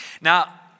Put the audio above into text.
Now